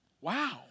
wow